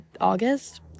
august